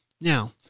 Now